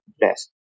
best